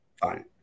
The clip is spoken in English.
fine